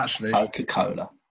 Coca-Cola